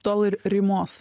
tol ir rymos